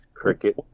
cricket